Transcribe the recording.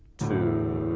two.